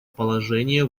положения